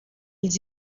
els